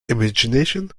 imagination